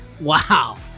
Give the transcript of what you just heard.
Wow